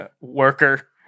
worker